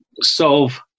solve